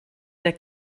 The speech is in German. der